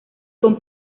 con